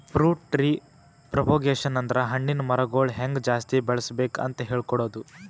fruit tree propagation ಅಂದ್ರ ಹಣ್ಣಿನ್ ಮರಗೊಳ್ ಹೆಂಗ್ ಜಾಸ್ತಿ ಬೆಳಸ್ಬೇಕ್ ಅಂತ್ ಹೇಳ್ಕೊಡದು